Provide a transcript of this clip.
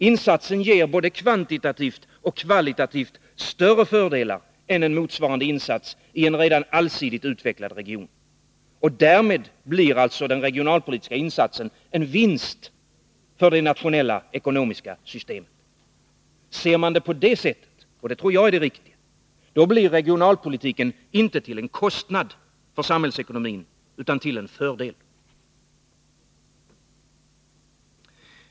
Insatsen ger både kvantitativt och kvalitativt större fördelar än en motsvarande insats i en redan allsidigt utvecklad region och medför därmed en vinst för det nationella ekonomiska systemet. Ser man det så blir regionalpolitiken inte till en kostnad utan till en fördel för samhällsekonomin.